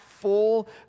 full